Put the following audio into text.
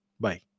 Bye